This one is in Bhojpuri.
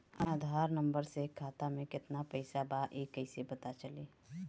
आधार नंबर से खाता में केतना पईसा बा ई क्ईसे पता चलि?